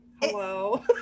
hello